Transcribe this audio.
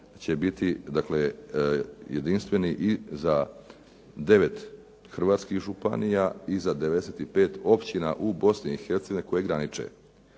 će biti, dakle jedinstveni i za 9 hrvatskih županija i za 95 općina u Bosni